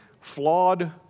flawed